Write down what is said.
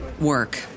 work